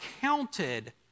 counted